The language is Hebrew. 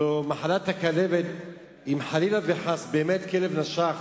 הלוא מחלת הכלבת, אם חלילה וחס באמת כלב נשך